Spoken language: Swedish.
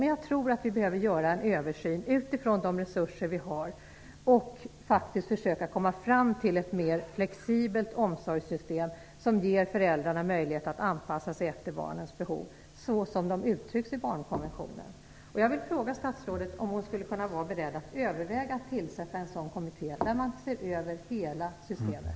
Men jag tror att vi behöver göra en översyn, utifrån de resurser som vi har, för att försöka komma fram till ett mer flexibelt omsorgssystem, som ger föräldrarna möjlighet att anpassa sig till barnens behov såsom de uttrycks i barnkonventionen. Jag vill fråga statsrådet om hon är beredd att överväga tillsättandet av en sådan kommitté för att se över hela systemet.